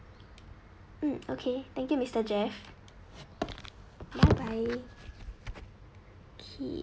mm okay thank you mr jeff bye bye okay